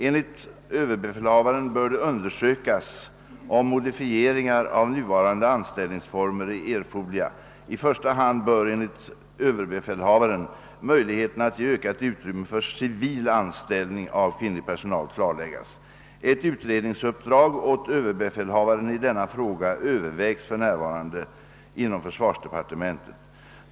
Enligt överbefälhavaren bör det undersökas om modifieringar av nuvarande anställningsformer är erforderliga. I första hand bör enligt överbefälhavaren möjligheten att ge ökat utrymme för civil anställning av kvinnlig personal klarläggas. Ett utredningsuppdrag åt överbefälhavaren i denna fråga övervägs för närvarande inom försvarsdepartementet.